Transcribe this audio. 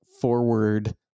forward